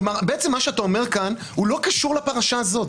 בעצם מה שאתה אומר כאן הוא לא קשור לפרשה הזאת.